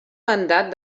mandat